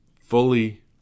fully